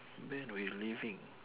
ben we leaving